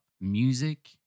music